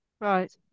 Right